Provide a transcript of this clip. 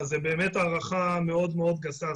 אז זו באמת הערכה מאוד מאוד גסה,